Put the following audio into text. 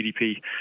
GDP